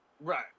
Right